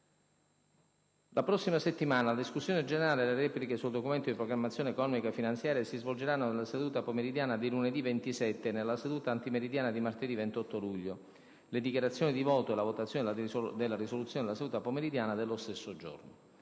La prossima settimana, la discussione generale e le repliche sul Documento di programmazione economico-finanziaria si svolgeranno nella seduta pomeridiana di lunedı 27 e nella seduta antimeridiana di martedı28 luglio; le dichiarazioni di voto e la votazione della risoluzione nella seduta pomeridiana dello stesso giorno.